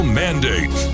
mandate